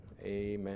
Amen